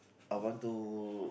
I want to